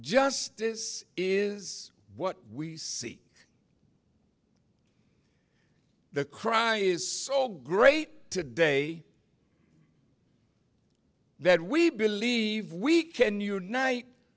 justice is what we see the crime is so great today that we believe we can unite